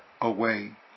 away